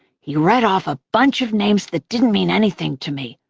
he read off a bunch of names that didn't mean anything to me,